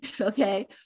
okay